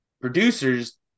producers